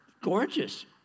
gorgeous